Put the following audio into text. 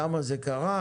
למה זה קרה?